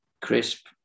crisp